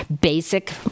basic